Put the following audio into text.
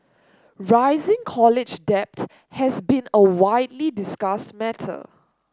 rising college debt has been a widely discussed matter